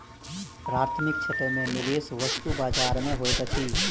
प्राथमिक क्षेत्र में निवेश वस्तु बजार में होइत अछि